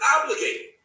obligated